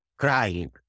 crying